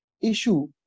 issue